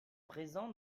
présent